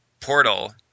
portal